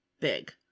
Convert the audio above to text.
big